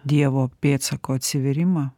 dievo pėdsako atsivėrimą